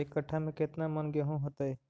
एक कट्ठा में केतना मन गेहूं होतै?